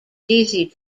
deasy